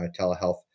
telehealth